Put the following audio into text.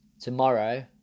tomorrow